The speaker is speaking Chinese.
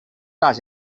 大学